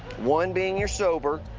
one being you're sober,